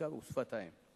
מתמטיקה ושפת האם,